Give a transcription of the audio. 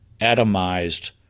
atomized